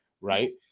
right